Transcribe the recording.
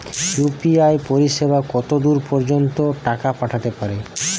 UPI পরিসেবা কতদূর পর্জন্ত টাকা পাঠাতে পারি?